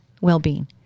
well-being